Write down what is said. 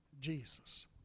Jesus